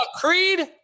Creed